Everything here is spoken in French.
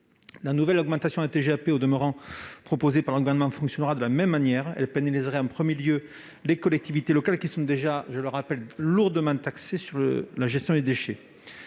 La nouvelle augmentation de la TGAP proposée par le Gouvernement fonctionnera de la même manière. Elle pénaliserait en premier lieu les collectivités, qui sont déjà lourdement taxées sur la gestion des déchets.